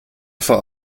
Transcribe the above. vor